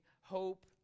hope